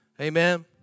Amen